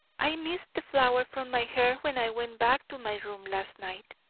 i missed the flower from my hair when i went back to my room last night.